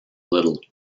little